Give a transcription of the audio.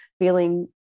feeling